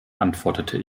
antwortete